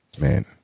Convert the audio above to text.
Man